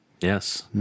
Yes